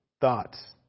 thoughts